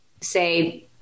say